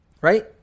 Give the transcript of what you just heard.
right